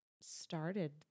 started